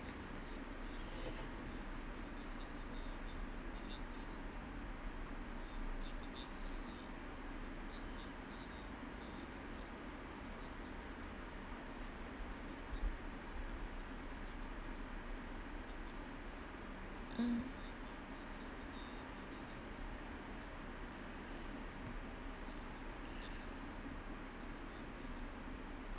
mm